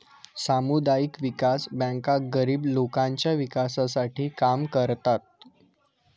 सामुदायिक विकास बँका गरीब लोकांच्या विकासासाठी काम करतात